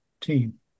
team